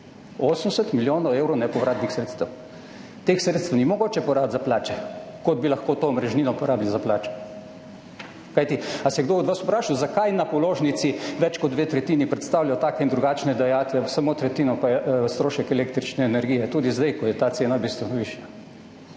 80 milijonov evrov nepovratnih sredstev. Teh sredstev ni mogoče porabiti za plače, kot bi lahko to omrežnino porabili za plače. Kajti, ali se je kdo od vas vprašal, zakaj predstavljajo na položnici več kot dve tretjini take in drugačne dajatve, samo tretjina pa je strošek električne energije, tudi zdaj, ko je ta cena bistveno višja?